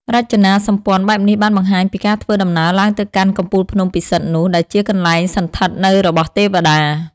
រចនាសម្ព័ន្ធបែបនេះបានបង្ហាញពីការធ្វើដំណើរឡើងទៅកាន់កំពូលភ្នំពិសិដ្ឋនោះដែលជាកន្លែងសណ្ឋិតនៅរបស់ទេវតា។